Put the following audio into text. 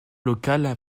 locale